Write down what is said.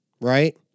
Right